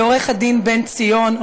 ועורך-הדין בן ציון,